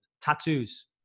tattoos